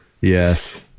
Yes